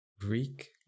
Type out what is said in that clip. Greek